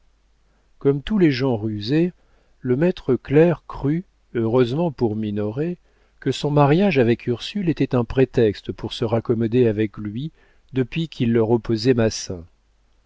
comme tous les gens rusés le maître clerc crut heureusement pour minoret que son mariage avec ursule était un prétexte pour se raccommoder avec lui depuis qu'il leur opposait massin